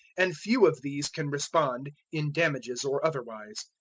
and few of these can respond, in damages or otherwise.